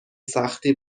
سختی